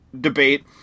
debate